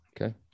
Okay